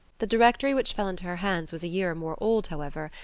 the directory which fell into her hands was a year or more old, however,